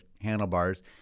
handlebars